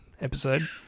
episode